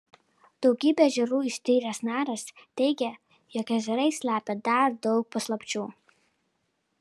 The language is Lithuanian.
daugybę ežerų ištyręs naras teigia jog ežerai slepia dar daug paslapčių